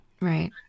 Right